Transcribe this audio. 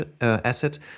asset